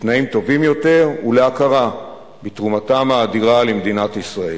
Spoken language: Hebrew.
לתנאים טובים יותר ולהכרה בתרומתם האדירה למדינת ישראל.